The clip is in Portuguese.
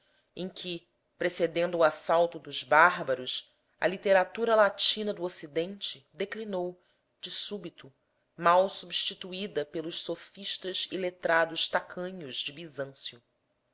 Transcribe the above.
em que precedendo o assalto dos bárbaros a literatura latina do ocidente declinou de súbito mal substituída pelos sofistas e letrados tacanhos de bizâncio